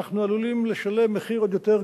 אנחנו עלולים לשלם מחיר עוד יותר כבד.